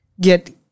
get